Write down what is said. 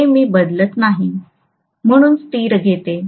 म्हणूनच हे मी बदलत नाही म्हणून स्थिर घेतो